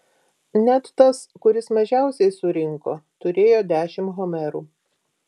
net tas kuris mažiausiai surinko turėjo dešimt homerų